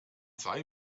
sei